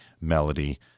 melody